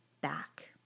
back